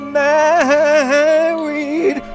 married